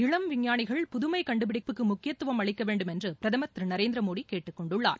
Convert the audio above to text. இளம் விஞ்ஞானிகள் புதுமை கண்டுபிடிப்புக்கு முக்கியத்துவம் அளிக்க வேண்டும் என்று பிரதமர் திரு நரேந்திர மோடி கேட்டுக்கொண்டுள்ளார்